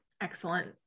Excellent